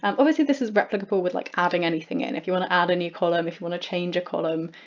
um obviously this is replicable with like adding anything in if you want to add a new column, if you want to change a column,